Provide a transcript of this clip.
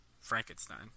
Frankenstein